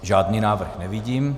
Žádný návrh nevidím.